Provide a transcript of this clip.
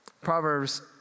Proverbs